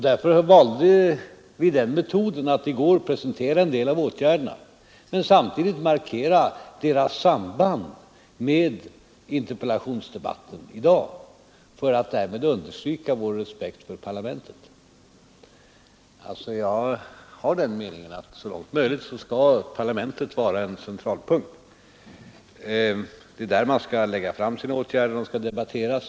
Därför valde vi den metoden att presentera en del av åtgärderna men samtidigt markera deras samband med interpellationsdebatten i dag för att därmed understryka vår respekt för parlamentet. Jag har den meningen att parlamentet så långt som möjligt skall vara en central punkt. Det är där man skall lägga fram sina åtgärder och det är där de skall debatteras.